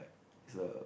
it's a